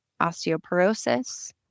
osteoporosis